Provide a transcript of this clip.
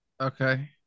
Okay